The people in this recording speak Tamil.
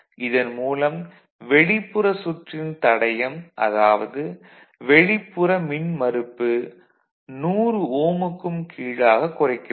இதன் மூலம் வெளிப்புற சுற்றின் தடையம் அதாவது வெளிப்புற மின்மறுப்பு 100 ஓம் க்கும் கீழாக குறைக்கிறது